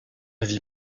vie